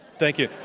thank you.